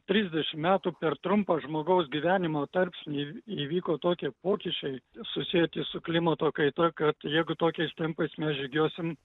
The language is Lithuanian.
trisdešim metų per trumpą žmogaus gyvenimo tarpsnį įvyko tokie pokyčiai susieti su klimato kaita kad jeigu tokiais tempais mes žygiuosim